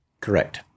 Correct